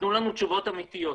תנו לנו תשובות אמתיות,